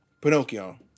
Pinocchio